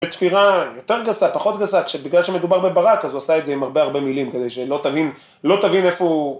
בתפירה יותר גסה, פחות גסה, בגלל שמדובר בברק, אז הוא עשה את זה עם הרבה הרבה מילים כדי שלא תבין איפה הוא...